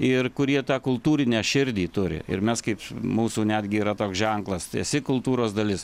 ir kurie tą kultūrinę širdį turi ir mes kaip mūsų netgi yra toks ženklas tu esi kultūros dalis